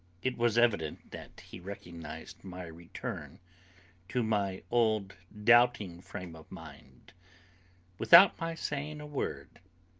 it was evident that he recognised my return to my old doubting frame of mind without my saying a word.